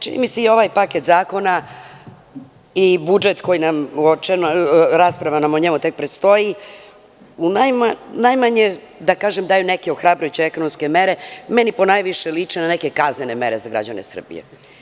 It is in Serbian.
Čini mi se i ovaj paket zakona i budžet, o kojem nam rasprava tek predstoji, najmanje daju neke ohrabrujuće ekonomske mere, a meni ponajviše liče na kaznene mere za građane Srbije.